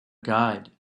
guide